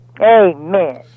Amen